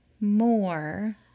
more